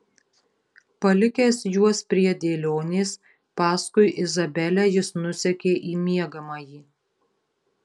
palikęs juos prie dėlionės paskui izabelę jis nusekė į miegamąjį